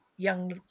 young